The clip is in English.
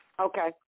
Okay